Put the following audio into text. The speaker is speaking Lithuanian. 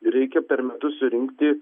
reikia per metus surinkti